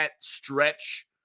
stretch